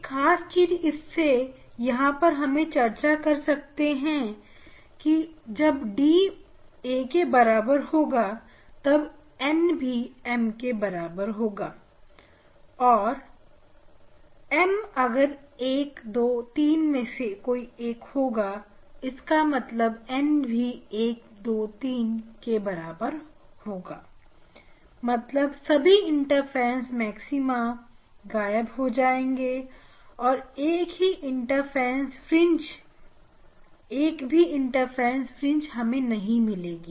एक खास चीज इसके यहां पर हम चर्चा कर सकते हैं यह है कि जब d a होगा तब nm होगा और m 123 है इसका मतलब n भी 123 के बराबर होगा मतलब सभी इंटरफेरेंस मैक्सिमा गायब हो जाएंगे और हमें एक भी इंटरफेरेंस फ्रिंज नहीं मिलेगी